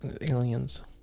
Aliens